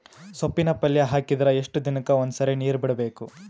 ಸೊಪ್ಪಿನ ಪಲ್ಯ ಹಾಕಿದರ ಎಷ್ಟು ದಿನಕ್ಕ ಒಂದ್ಸರಿ ನೀರು ಬಿಡಬೇಕು?